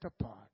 apart